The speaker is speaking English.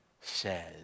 says